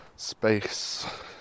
Space